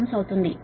3Ω అవుతుంది